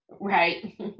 right